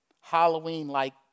Halloween-like